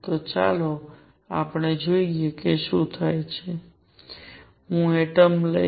તો ચાલો જોઈએ કે શું થાય છે હું આ એટમ લઈશ